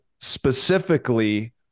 specifically